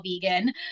vegan